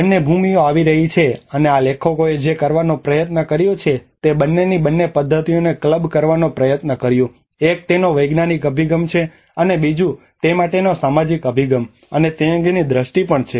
બંને ભૂમિઓ આવી રહી છે અને આ લેખકોએ જે કરવાનો પ્રયત્ન કર્યો છે તે બંનેની બંને પદ્ધતિઓને ક્લબ કરવાનો પ્રયત્ન કર્યો એક તેનો વૈજ્ઞાનિક અભિગમ છે અને બીજું તે માટેનો સામાજિક અભિગમ અને તે અંગેની દ્રષ્ટિ પણ છે